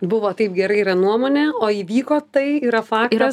buvo taip gerai yra nuomonė o įvyko tai yra faktas